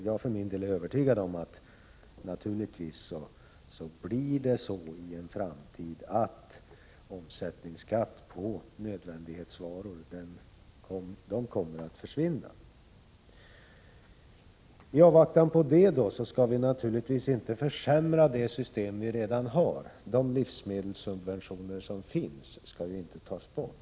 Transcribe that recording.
Jag för min del är naturligtvis övertygad om att mervärdeskatten på nödvändighetsvaror kommer att försvinna i framtiden. I avvaktan på det skall vi naturligtvis inte försämra det system vi redan har. De livsmedelssubventioner som vi har skall inte tas bort.